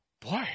boy